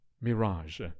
mirage